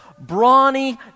brawny